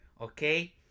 okay